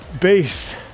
based